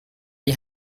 die